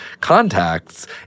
contacts